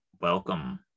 welcome